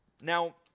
Now